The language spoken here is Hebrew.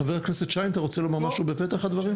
חה"כ שיין, אתה רוצה לומר משהו בפתח הדברים?